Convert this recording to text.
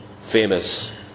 famous